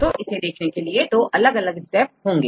तो इसे देखने के लिए दो अलग अलग स्टेप होंगे